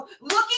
looking